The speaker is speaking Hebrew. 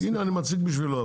הינה, אני מציג בשבילו.